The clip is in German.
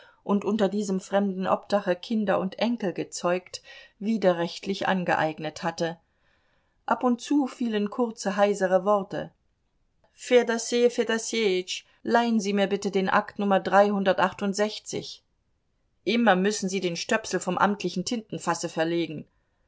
und unter diesem fremden obdache kinder und enkel gezeugt widerrechtlich angeeignet hatte ab und zu fielen kurze heisere worte fedossej fedossejitsch leihen sie mir bitte den akt nummer dreihundertachtundsechzig immer müssen sie den stöpsel vom amtlichen tintenfasse verlegen